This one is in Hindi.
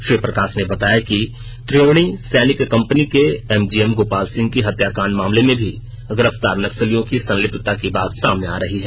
श्री प्रकाश ने बताया कि त्रिवेणी सैनिक कंपनी के एमजीएम गोपाल सिंह की हेत्याकांड मामले में भी गिरफ्तार नक्सलियों की संलिप्तता की बात सामने आ रही है